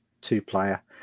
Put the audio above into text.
two-player